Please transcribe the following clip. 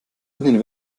ihnen